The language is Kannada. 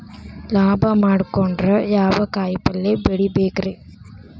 ಲಾಭ ಮಾಡಕೊಂಡ್ರ ಯಾವ ಕಾಯಿಪಲ್ಯ ಬೆಳಿಬೇಕ್ರೇ?